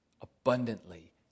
Abundantly